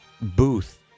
booth